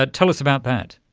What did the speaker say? ah tell us about that.